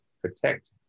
protect